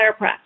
chiropractor